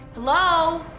hello?